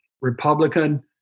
Republican